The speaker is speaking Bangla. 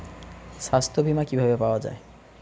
সাস্থ্য বিমা কি ভাবে পাওয়া যায়?